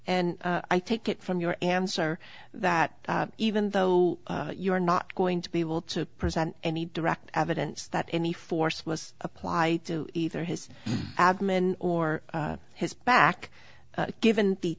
and i take it from your answer that even though you're not going to be able to present any direct evidence that any force was applied to either his abdomen or his back given the